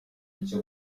ibyo